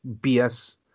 bs